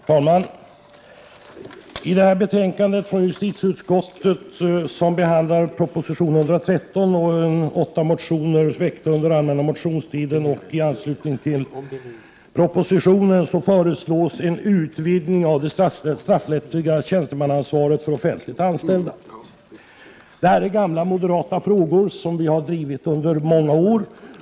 Herr talman! I detta betänkande från justitieutskottet behandlas proposition 1988/89:113 och åtta motioner väckta under den allmänna motionstiden. I propositionen föreslås en utvidgning av det straffrättsliga tjänstemannaansvaret för offentligt anställda. Det är en gammal moderat fråga, som vi har drivit under många år.